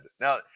now